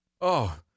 Oh